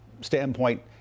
standpoint